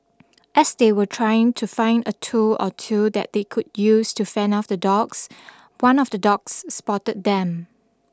as they were trying to find a tool or two that they could use to fend off the dogs one of the dogs spotted them